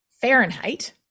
Fahrenheit